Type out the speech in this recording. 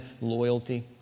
loyalty